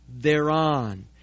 thereon